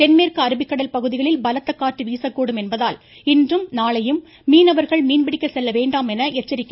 தென்மேற்கு அரபிக்கடல் பகுதிகளில் பலத்த காற்று வீசக்கூடும் என்பதால் இன்றும் நாளையும் மீனவர்கள் மீன்பிடிக்க செல்ல வேண்டாம் என எச்சரிக்கை விடுக்கப்பட்டுள்ளது